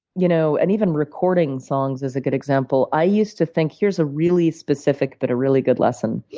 you know and even recording songs is a good example. i used to think here's a really specific but a really good lesson